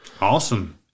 Awesome